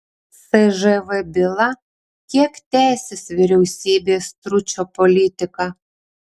cžv byla kiek tęsis vyriausybės stručio politika